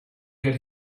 get